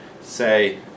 say